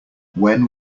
when